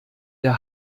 der